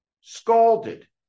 scalded